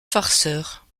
farceur